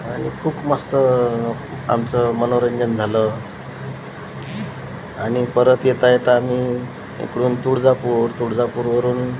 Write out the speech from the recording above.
आणि खूप मस्त आमचं मनोरंजन झालं आणि परत येता येता आम्ही इकडून तुळजापूर तुळजापूरवरून